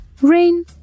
Rain